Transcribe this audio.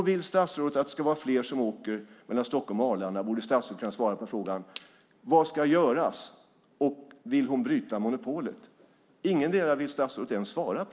Vill statsrådet att fler ska åka mellan Stockholm och Arlanda borde statsrådet kunna svara på frågan: Vad ska göras och vill statsrådet bryta monopolet? Det vill statsrådet inte ens svara på.